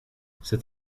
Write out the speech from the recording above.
cet